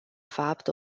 fapt